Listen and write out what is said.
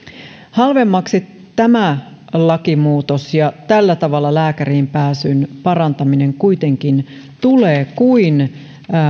halvemmaksi tämä lakimuutos ja tällä tavalla lääkäriinpääsyn parantaminen kuitenkin tulee kuin